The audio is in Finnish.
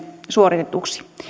suoritetuksi